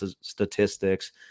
statistics